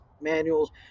manuals